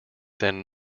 then